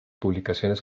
publicaciones